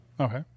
okay